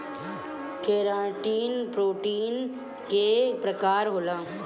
keratin protein के प्रकार होला